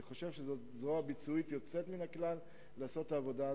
אני חושב שזאת זרוע ביצועית יוצאת מן הכלל לעשות את העבודה הזאת,